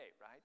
right